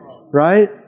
right